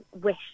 wish